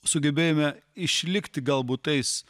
sugebėjome išlikti galbūt tais